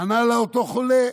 ענה לה אותו חולה: